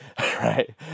right